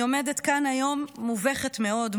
אני עומדת כאן היום מובכת מאוד,